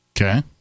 Okay